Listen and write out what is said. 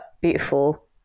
beautiful